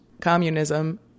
communism